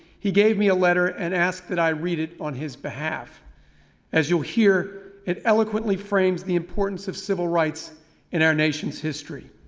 he gave me a letter and asked that i read it on his behalf. and as you will hear, it eloquently frames the importance of civil rights in our nation's history.